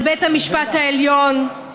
על בית המשפט העליון.